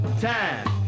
time